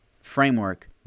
framework